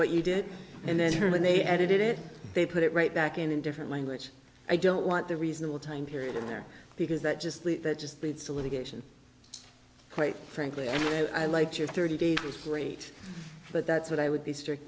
what you did and then when they edited it they put it right back in a different language i don't want the reasonable time period in there because that just leave that just leads to litigation quite frankly and i like your thirty days straight but that's what i would be strict